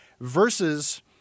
versus